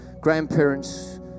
grandparents